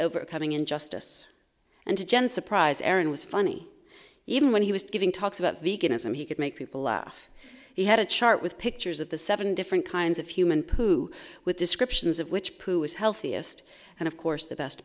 overcoming injustice and to gen surprise erin was funny even when he was giving talks about veganism he could make people laugh he had a chart with pictures of the seven different kinds of human poo with descriptions of which who is healthiest and of course the best